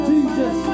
Jesus